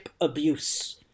abuse